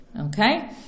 Okay